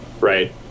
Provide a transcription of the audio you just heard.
right